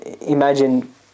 imagine